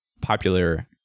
popular